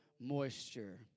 moisture